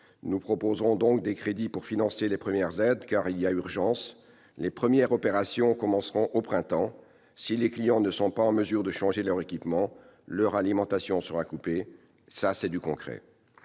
Nous proposerons donc des crédits pour financer les premières aides, car il y a urgence : les premières opérations commenceront au printemps et, si les clients ne sont pas en mesure de changer leur équipement, leur alimentation sera coupée. Voilà du concret